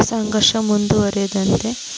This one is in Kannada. ಸಂಘರ್ಷ ಮುಂದುವರಿಯದಂತೆ